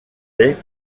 des